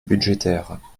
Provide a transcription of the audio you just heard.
budgétaire